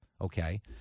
okay